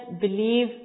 believe